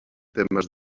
temes